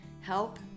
help